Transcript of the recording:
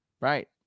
Right